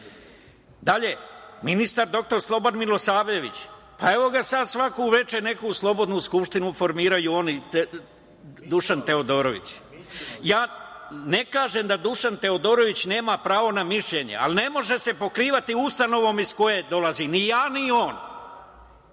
Dalje, ministar dr Sloba Milosavljević. Evo ga sad svako veče neku slobodnu skupštinu formiraju on i Dušan Teodorović. Ne kažem da Dušan Teodorović nema pravo na mišljenje, ali ne može se pokrivati ustanovom iz koje dolazi, ni ja ni on,